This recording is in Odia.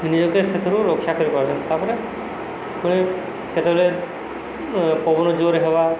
ନିଜକେ ସେଥିରୁ ରକ୍ଷା କରିପାରୁଛନ୍ ତାପରେ ପାଣି କେତେବେଳେ ପବନ ଜୋରେ ହେବା